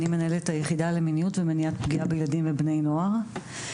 אני מנהלת היחידה למיניות ומניעת פגיעה בילדים ובני נוער.